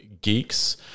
geeks